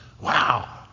wow